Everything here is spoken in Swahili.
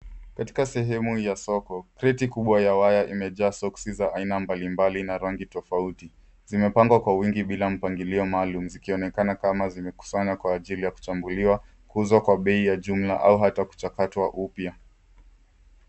Katika sehemu hii ya soko, kreti kubwa ya waya imejaa soksi za aina mbalimbali na rangi tofauti . Zimepangwa kwa wingi bila mpangilio maalum zikionekana kama zimekusanywa kwa ajili ya kuchambuliwa, kuuzwa kwa bei ya jumla au hata kuchakatwa upya.